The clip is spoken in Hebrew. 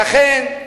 לכן,